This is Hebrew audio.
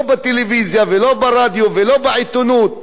לא בטלוויזיה ולא ברדיו ולא בעיתונות.